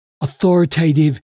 authoritative